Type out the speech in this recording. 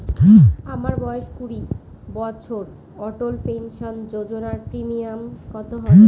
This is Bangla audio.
আমার বয়স কুড়ি বছর অটল পেনসন যোজনার প্রিমিয়াম কত হবে?